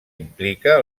implica